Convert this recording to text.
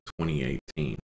2018